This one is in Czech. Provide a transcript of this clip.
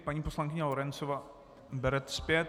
Paní poslankyně Lorencová bere zpět.